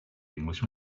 englishman